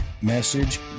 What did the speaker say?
message